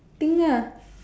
think lah